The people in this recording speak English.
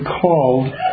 called